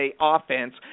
offense